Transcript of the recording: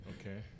Okay